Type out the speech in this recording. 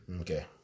Okay